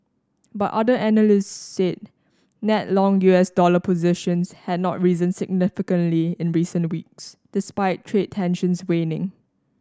but other analysts said net long U S dollar positions had not risen significantly in recent weeks despite trade tensions waning